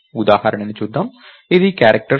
ఉదాహరణను చూద్దాం ఇది క్యారెక్టర్ C